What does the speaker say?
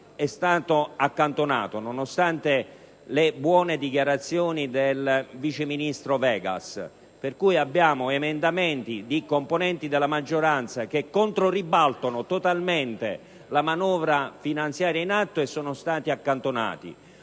stati accantonati, nonostante le buone dichiarazioni del vice ministro Vegas: emendamenti presentati da componenti della maggioranza, che controribaltano totalmente la manovra finanziaria in atto, sono stati accantonati,